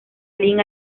lin